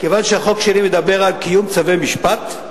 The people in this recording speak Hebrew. כיוון שהחוק שלי מדבר על קיום צווי בית-משפט,